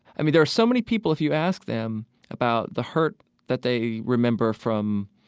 i mean, there are so many people if you ask them about the hurt that they remember from